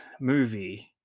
movie